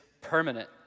permanent